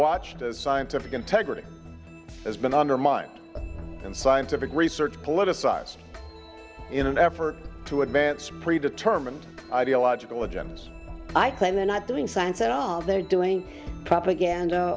watched as scientific integrity has been undermined and scientific research politicized in an effort to advance pre determined ideological agendas i claim they're not doing science at all they're doing propaganda